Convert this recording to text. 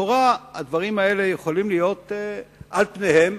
לכאורה, הדברים האלה יכולים להיות על פניהם